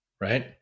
right